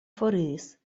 foriris